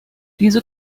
diese